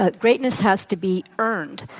ah greatness has to be earned.